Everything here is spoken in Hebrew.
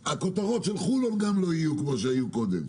הכותרות של חולון גם לא יהיו כמו שהיו קודם,